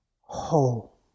whole